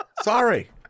Sorry